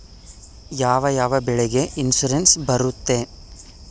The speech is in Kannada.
ಯಾವ ಯಾವ ಬೆಳೆಗೆ ಇನ್ಸುರೆನ್ಸ್ ಬರುತ್ತೆ?